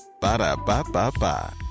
Ba-da-ba-ba-ba